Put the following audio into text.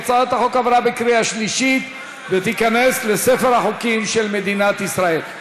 הצעת החוק עברה בקריאה שלישית ותיכנס לספר החוקים של מדינת ישראל.